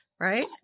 Right